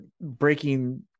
breaking